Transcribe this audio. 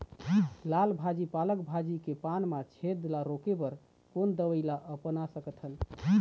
लाल भाजी पालक भाजी के पान मा छेद ला रोके बर कोन दवई ला अपना सकथन?